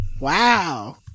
Wow